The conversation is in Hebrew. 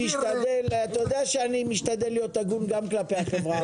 אתה יודע שאני משתדל להיות הגון גם כלפי החברה הערבית.